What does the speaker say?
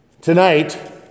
tonight